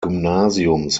gymnasiums